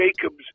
Jacobs